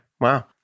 Wow